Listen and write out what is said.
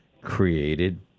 created